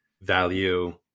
value